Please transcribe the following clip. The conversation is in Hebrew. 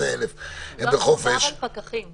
לא מדובר על פקחים,